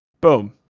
Boom